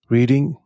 Reading